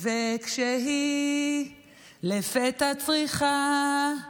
// וכשהיא לפתע צריכה /